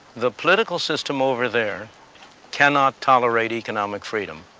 the political system over there cannot tolerate economic freedom.